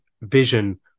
vision